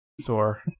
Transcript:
store